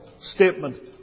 statement